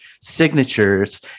signatures